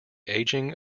aging